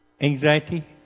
Anxiety